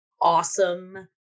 awesome